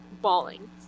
bawling